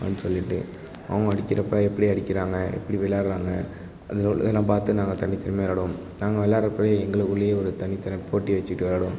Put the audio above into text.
அப்படின்னு சொல்லிவிட்டு அவங்க அடிக்கிறப்போ எப்படி அடிக்கிறாங்க எப்படி விளாடுறாங்க அதில் உள்ளதெல்லாம் பார்த்து நாங்கள் தனித்திறமையாக விளாடுவோம் நாங்கள் விளாட்றப்பவே எங்களுக்குள்ளேயே ஒரு தனித்தனி போட்டி வச்சுக்கிட்டு விளாடுவோம்